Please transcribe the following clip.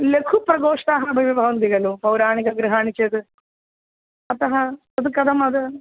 लघुप्रकोष्ठानि अपि भवन्ति खलु पौराणिकगृहाणि चेत् अतः तत् कथम्